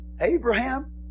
Abraham